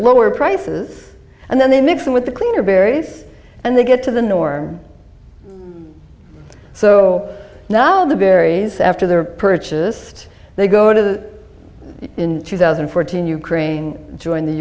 lower prices and then they mix them with the cleaner berries and they get to the norm so now the berries after they're purchased they go to the in two thousand and fourteen ukraine join the